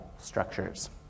structures